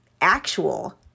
actual